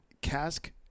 cask